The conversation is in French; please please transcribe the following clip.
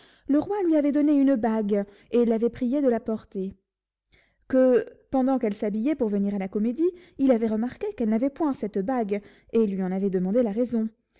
le roi lui avait donné une bague et l'avait priée de la porter que pendant qu'elle s'habillait pour venir à la comédie il avait remarqué qu'elle n'avait point cette bague et lui en avait demandé la raison